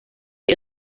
sie